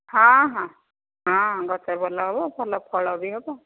ହଁ ହଁ ହଁ ଗଛ ଭଲ ହେବ ଭଲ ଫଳ ବି ହେବ